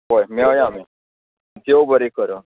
हय मेवया आमी देव बरें करूं